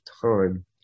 time